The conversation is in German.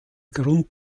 grund